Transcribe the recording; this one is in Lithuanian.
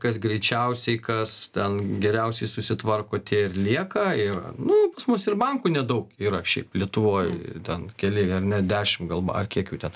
kas greičiausiai kas ten geriausiai susitvarko tie ir lieka ir nu pas mus ir bankų nedaug yra šiaip lietuvoj ten keli ar ne dešim gal ba ar kiek jų ten